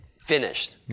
finished